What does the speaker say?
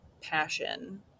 passion